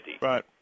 Right